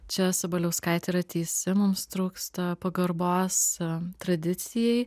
čia sabaliauskaitė yra teisi mums trūksta pagarbos tradicijai